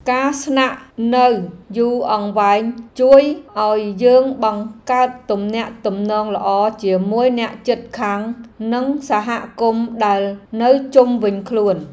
ការស្នាក់នៅយូរអង្វែងជួយឱ្យយើងបង្កើតទំនាក់ទំនងល្អជាមួយអ្នកជិតខាងនិងសហគមន៍ដែលនៅជុំវិញខ្លួន។